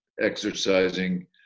exercising